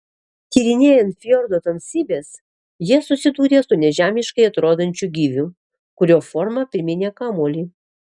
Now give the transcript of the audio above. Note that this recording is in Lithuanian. tyrinėjant fjordo tamsybes jie susidūrė su nežemiškai atrodančiu gyviu kurio forma priminė kamuolį